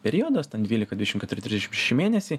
periodas ten dvylika dvidešim keturi trisdešim šeši mėnesiai